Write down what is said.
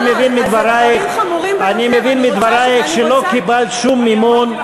אני מבין מדברייך שלא קיבלת שום מימון,